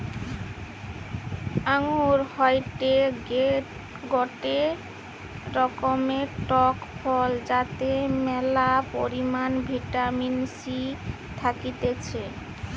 আঙ্গুর হয়টে গটে রকমের টক ফল যাতে ম্যালা পরিমাণে ভিটামিন সি থাকতিছে